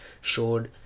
showed